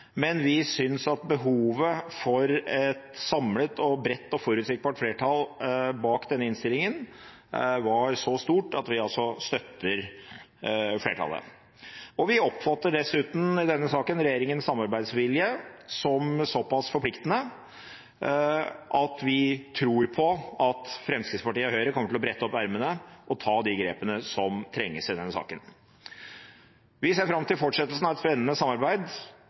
men vi synes at behovet for et samlet, bredt og forutsigbart flertall bak denne innstillingen var så stort at vi altså støtter flertallet. Vi oppfatter dessuten i denne saken regjeringens samarbeidsvilje som såpass forpliktende at vi tror på at Fremskrittspartiet og Høyre kommer til å brette opp ermene og ta de grepene som trengs i denne saken. Vi ser fram til fortsettelsen av et spennende samarbeid